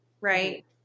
right